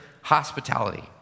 hospitality